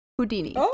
Houdini